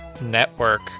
Network